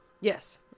Yes